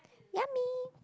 yummy